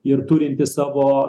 ir turintys savo